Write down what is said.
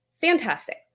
fantastic